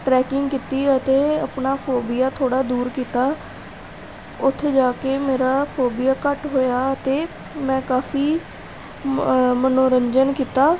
trekking ਕੀਤੀ ਅਤੇ ਆਪਣਾ ਫੋਬੀਆ ਥੋੜ੍ਹਾ ਦੂਰ ਕੀਤਾ ਉੱਥੇ ਜਾ ਕੇ ਮੇਰਾ ਫੋਬੀਆ ਘੱਟ ਹੋਇਆ ਅਤੇ ਮੈਂ ਕਾਫੀ ਮ ਮਨੋਰੰਜਨ ਕੀਤਾ